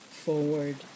forward